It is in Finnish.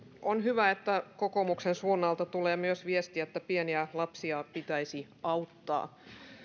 on hyvä että kokoomuksen suunnalta tulee myös viestiä että pieniä lapsia pitäisi auttaa